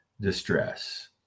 distress